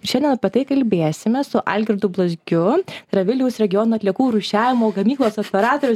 šiandien apie tai kalbėsime su algirdu blazgiu tai yra vilniaus regiono atliekų rūšiavimo gamyklos operatorius